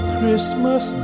Christmas